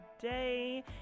today